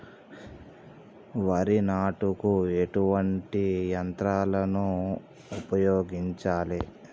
వరి నాటుకు ఎటువంటి యంత్రాలను ఉపయోగించాలే?